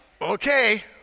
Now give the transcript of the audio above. okay